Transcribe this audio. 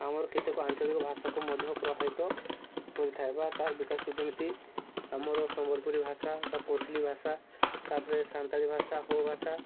ଆମର କେତେକ ଆଞ୍ଚଳିକ ଭାଷାକୁ ମଧ୍ୟ ପ୍ରଭାବିତ କରିଥାଏ ବା ତାର ବିକାଶକୁ ଯେମିତି ଆମର ସମ୍ବଲପୁରୀ ଭାଷା ବା କୋଶଳି ଭାଷା ତାପରେ ସାନ୍ତାଳୀ ଭାଷା ହୋ ଭାଷା